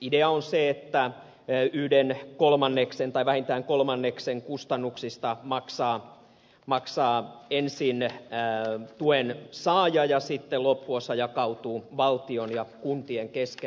idea on se että yhden kolmanneksen tai vähintään kolmanneksen kustannuksista maksaa ensin tuen saaja ja sitten loppuosa jakautuu valtion ja kuntien kesken